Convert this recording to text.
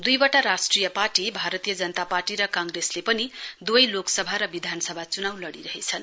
दुईवटा राष्ट्रिय party Bharatiya Janata Party र कांग्रेस पनि दुवै लोकसभा र विधानसभा च्नाउ लडिरहेछन्